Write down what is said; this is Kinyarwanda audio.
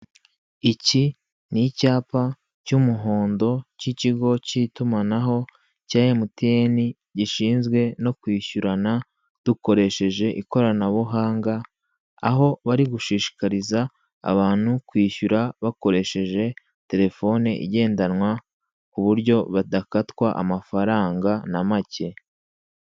Iki ni icyapa cy'umuhondo cy'ikigo cy'itumanaho cya MTN, gishinzwe no kwishyurana dukoresheje ikoranabuhanga, aho bari gushishikariza abantu kwishyura bakoresheje telefone igendanwa, ku buryo badakatwa amafaranga na make.